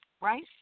right